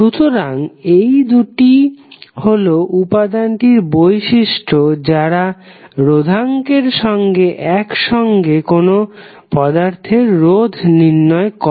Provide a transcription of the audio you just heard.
সুতরাং এই দুটি হলো উপাদানটির বৈশিষ্ট যারা রোধাঙ্কের সঙ্গে একসঙ্গে কোনো পদার্থের রোধ নির্ণয় করে